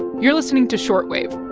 you're listening to short wave